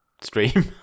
stream